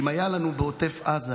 אם היו לנו בעוטף עזה